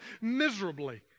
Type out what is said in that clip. miserably